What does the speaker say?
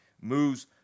moves